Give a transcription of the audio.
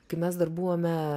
kai mes dar buvome